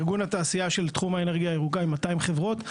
ארגון התעשייה של תחום האנרגיה הירוקה עם 200 חברות.